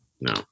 no